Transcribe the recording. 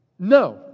No